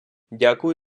дякую